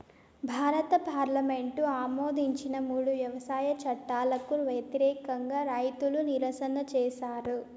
భారత పార్లమెంటు ఆమోదించిన మూడు వ్యవసాయ చట్టాలకు వ్యతిరేకంగా రైతులు నిరసన చేసారు